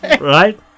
right